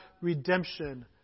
redemption